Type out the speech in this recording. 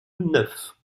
neuf